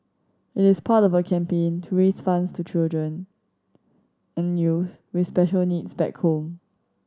it is part of a campaign to raise funds to children and youth with special needs back home